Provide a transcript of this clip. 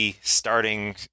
starting